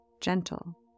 gentle